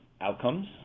outcomes